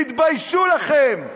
תתביישו לכם,